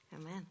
Amen